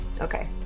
Okay